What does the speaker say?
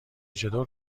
چطور